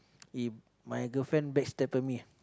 if my girlfriend backstabber me